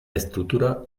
estructura